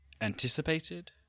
anticipated